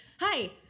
hi